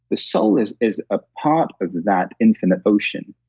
the soul is is a part of that infinite ocean.